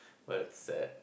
well that's sad